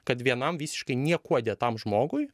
kad vienam visiškai niekuo dėtam žmogui